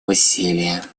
усилия